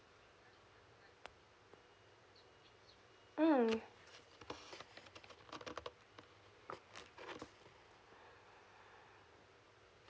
mm